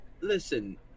listen